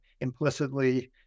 implicitly